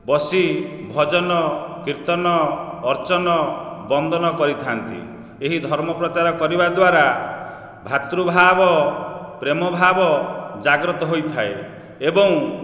ବସି ଭଜନ କୀର୍ତ୍ତନ ଅର୍ଚ୍ଚନ ବନ୍ଦନ କରିଥାନ୍ତି ଏହି ଧର୍ମ ପ୍ରଚାର କରିବା ଦ୍ୱାରା ଭାତୃଭାଵ ପ୍ରେମଭାବ ଜାଗ୍ରତ ହୋଇଥାଏ ଏବଂ